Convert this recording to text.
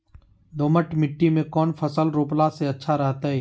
दोमट मिट्टी में कौन फसल रोपला से अच्छा रहतय?